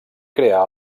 crear